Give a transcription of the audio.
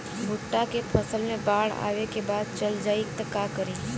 भुट्टा के फसल मे बाढ़ आवा के बाद चल जाई त का करी?